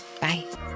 Bye